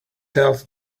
health